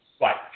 right